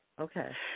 Okay